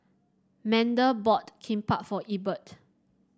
Manda bought Kimbap for Ebert